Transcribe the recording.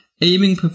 aiming